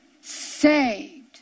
saved